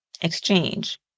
exchange